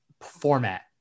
format